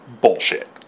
bullshit